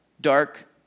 dark